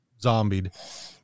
zombied